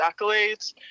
accolades